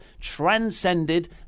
transcended